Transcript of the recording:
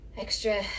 extra